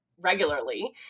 regularly